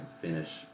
finish